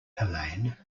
helene